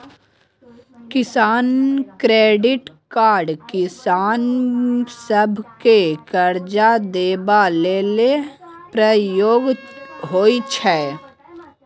किसान credit card किसान सभकेँ करजा देबा लेल प्रयोग होइ छै